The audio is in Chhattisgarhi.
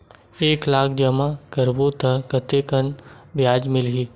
एक लाख जमा करबो त कतेकन ब्याज मिलही?